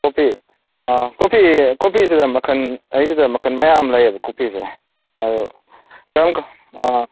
coffee ꯑꯥ coffee ꯀꯣꯐꯤꯁꯤꯗ ꯃꯈꯜ ꯀꯣꯐꯤꯁꯤꯗ ꯃꯈꯜ ꯃꯌꯥꯝ ꯂꯩꯌꯦꯕꯀꯣ ꯀꯣꯐꯤꯁꯦ ꯑꯗꯨ ꯀꯔꯝ ꯑꯥ